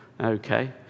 okay